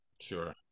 Sure